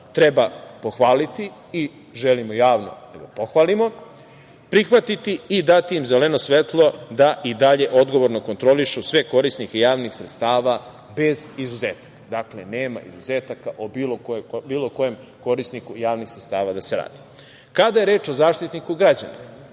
treba pohvaliti i želimo javno da ga pohvalimo, prihvatiti i dati im zeleno svetlo da i dalje odgovorno kontrolišu sve korisnike javnih sredstava, bez izuzetaka. Dakle, nema izuzetaka o bilo kojem korisniku javnih sredstava da se radi. Kada je reč o Zaštitniku građana,